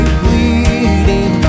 bleeding